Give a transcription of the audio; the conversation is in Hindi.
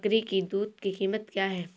बकरी की दूध की कीमत क्या है?